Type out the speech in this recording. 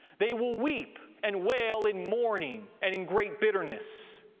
they will weep and wail in mourning and in great bitterness,